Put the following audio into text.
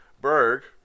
Berg